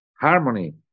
Harmony